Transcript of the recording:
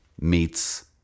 meets